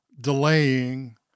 delaying